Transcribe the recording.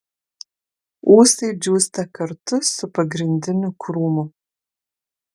ūsai džiūsta kartu su pagrindiniu krūmu